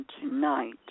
tonight